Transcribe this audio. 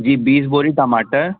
जी बीस बोरी टमाटर